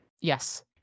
Yes